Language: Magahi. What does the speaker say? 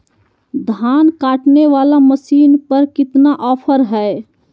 धान काटने वाला मसीन पर कितना ऑफर हाय?